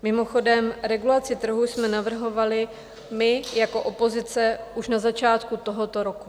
Mimochodem, regulaci trhu jsme navrhovali my jako opozice už na začátku tohoto roku.